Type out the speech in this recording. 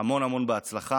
המון המון הצלחה.